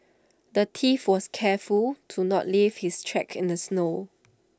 the thief was careful to not leave his tracks in the snow